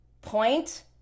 Point